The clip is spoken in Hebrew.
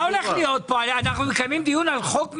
אנחנו מקיימים דיון על חוק מסוים.